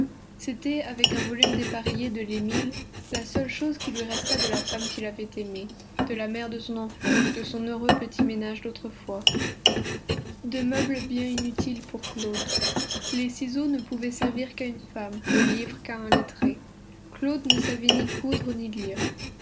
c'était avec un volume dépareillé de l'émile la seule chose qui lui restât de la femme qu'il avait aimée de la mère de son enfant de son heureux petit ménage d'autrefois deux meubles bien inutiles pour claude les ciseaux ne pouvaient servir qu'à une femme le livre qu'à un lettré claude ne savait ni coudre ni lire